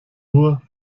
nur